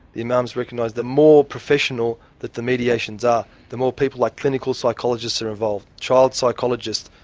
the imams recognise the more professional that the mediations are, the more people like clinical psychologists are involved, child psychologists,